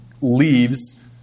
leaves